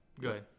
good